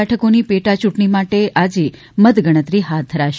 બેઠકોની પેટા ચૂંટણી માટે આજે મતગણતરી હાથ ધરાશે